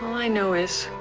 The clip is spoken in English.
i know is.